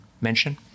mention